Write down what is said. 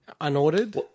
unordered